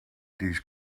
these